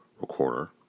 recorder